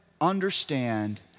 understand